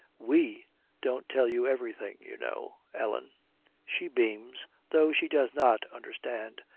we don't tell you everything, you know, ellen she beams, though she does not understand.